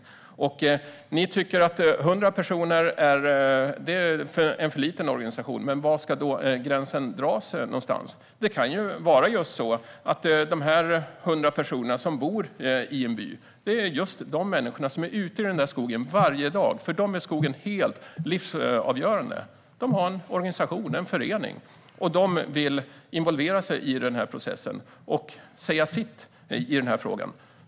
Ni tycker att en organisation med 100 personer är en för liten organisation. Men var ska gränsen dras någonstans? Det kan ju vara så att 100 personer som bor i en by är just de människor som är ute i denna skog varje dag. För dem är skogen helt livsavgörande. De har en organisation, en förening. De vill involveras i processen och säga sitt i frågan.